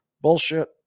Bullshit